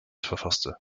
verfasste